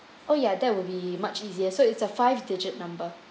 oh ya that will be much easier so it's a five digit number